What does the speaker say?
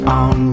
on